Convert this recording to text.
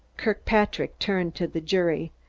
kirkpatrick turned to the jury.